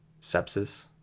sepsis